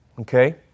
Okay